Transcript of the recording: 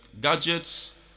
gadgets